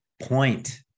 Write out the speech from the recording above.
point